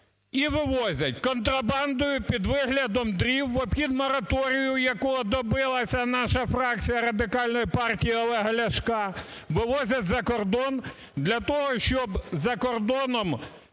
вивозять контрабандою під виглядом дрів, в обхід мораторію, якого добилася наша фракція Радикальної партії Олега Ляшка. Вивозять за кордон для того, щоб за кордоном